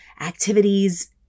activities